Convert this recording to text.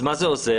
מה זה עוזר?